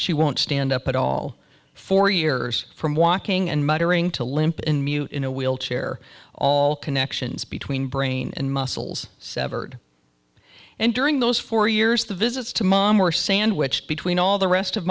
she won't stand up at all for years from walking and muttering to limp in mute in a wheelchair all connections between brain and muscles severed and during those four years the visits to mom were sandwiched between all the rest of